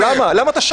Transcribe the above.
למה אתה שקרן?